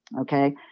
Okay